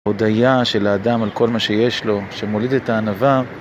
הודייה של האדם על כל מה שיש לו שמוליד את הענווה